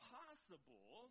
possible